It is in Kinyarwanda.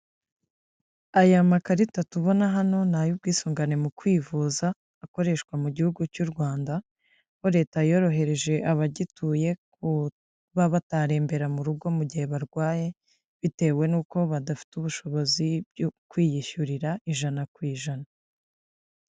Aya makarita tubona hano ni ay'ubwisungane mu kwivuza, akoreshwa mu Gihugu cy'u Rwanda, aho Leta yorohereje abagituye kuba batarembera mu rugo, mu gihe barwaye bitewe n'uko badafite ubushobozi bwo kwiyishyurira ijana ku ijana.